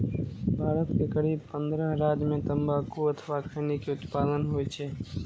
भारत के करीब पंद्रह राज्य मे तंबाकू अथवा खैनी के उत्पादन होइ छै